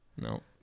No